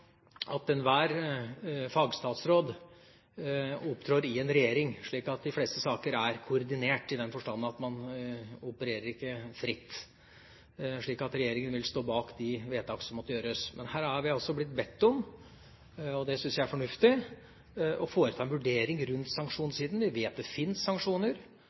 koordinert i den forstand at man opererer ikke fritt. Så regjeringa vil stå bak de vedtak som måtte gjøres. Men her er vi altså blitt bedt om – og det syns jeg er fornuftig – å foreta en vurdering rundt sanksjonssiden. Vi vet at det finnes sanksjoner.